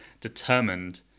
determined